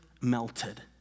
melted